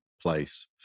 place